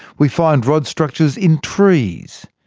we find rod structures in trees,